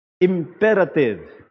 imperative